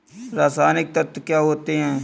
रसायनिक तत्व क्या होते हैं?